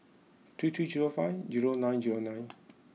three three zero five zero nine zero nine